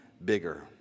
Bigger